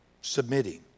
submitting